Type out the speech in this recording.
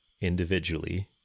individually